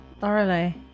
Thoroughly